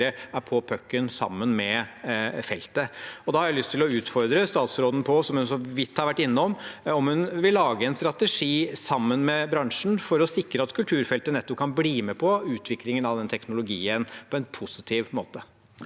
er på pucken sammen med kulturfeltet. Da har jeg lyst til å utfordre statsråden på – som hun så vidt har vært innom – om hun vil lage en strategi sammen med bransjen for å sikre at kulturfeltet kan bli med på utviklingen av den teknologien på en positiv måte.